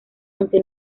aunque